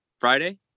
Friday